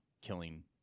killing